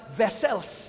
vessels